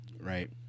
Right